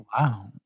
Wow